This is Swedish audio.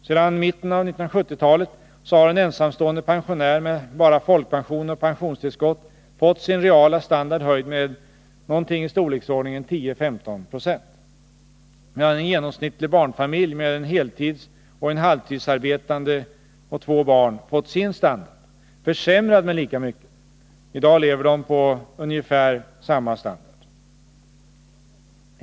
Sedan mitten av 1970-talet har en ensamstående pensionär med bara folkpension och pensionstillskott fått sin reala standard höjd med någonting i storleksordningen 10-15 26, medan en genomsnittlig barnfamilj — med en heltidsoch en halvtidsarbetande och två barn — fått sin standard försämrad med lika mycket. I dag lever de på ungefär samma standard.